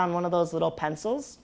on one of those little pencils